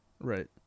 Right